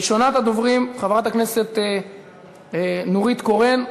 ראשונת הדוברים, חברת הכנסת נורית קורן.